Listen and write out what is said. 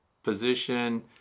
position